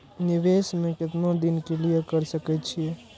निवेश में केतना दिन के लिए कर सके छीय?